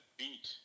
beat